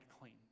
clean